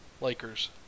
Lakers